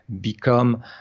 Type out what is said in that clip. become